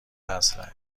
اسلحه